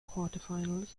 quarterfinals